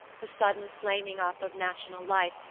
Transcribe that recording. the sudden flaming up of national life,